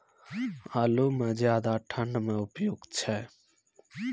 आलू म ज्यादा ठंड म उपयुक्त छै?